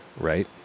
Right